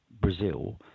brazil